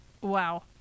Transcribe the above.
wow